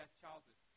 childhood